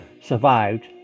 survived